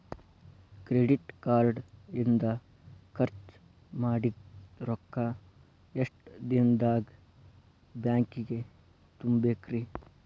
Credit card ಇಂದ್ ಖರ್ಚ್ ಮಾಡಿದ್ ರೊಕ್ಕಾ ಎಷ್ಟ ದಿನದಾಗ್ ಬ್ಯಾಂಕಿಗೆ ತುಂಬೇಕ್ರಿ?